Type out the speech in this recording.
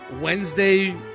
Wednesday